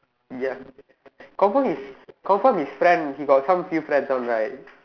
ya confirm is confirm is friend he got some few friends one right